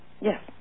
Yes